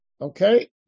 okay